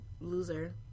loser